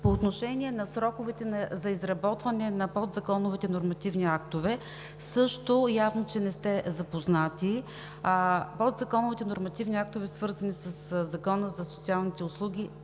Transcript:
По отношение на сроковете за изработване на подзаконовите нормативни актове явно също не сте запознати. Подзаконовите нормативни актове, свързани със Закона за социалните услуги,